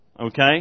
Okay